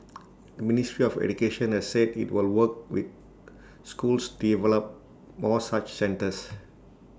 the ministry of education has said IT will work with schools to develop more such centres